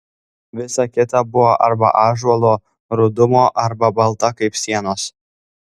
visa kita buvo arba ąžuolo rudumo arba balta kaip sienos